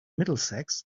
middlesex